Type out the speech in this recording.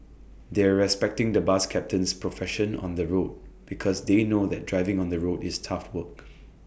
they're respecting the bus captain's profession on the road because they know that driving on the road is tough work